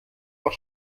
auch